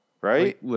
Right